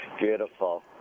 Beautiful